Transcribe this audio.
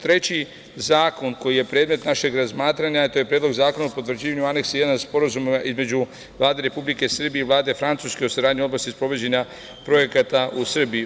Treći zakon koji je predmet našeg razmatranja je - Predlog zakona o potvrđivanju Aneksa 1 Sporazuma između Vlade Republike Srbije i Vlade Francuske o saradnji u oblasti sprovođenja projekata u Srbiji.